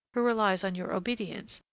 who relies on your obedience,